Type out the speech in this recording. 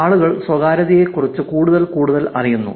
ആളുകൾ സ്വകാര്യതയെക്കുറിച്ച് കൂടുതൽ കൂടുതൽ അറിയുന്നു